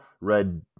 Red